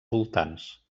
voltants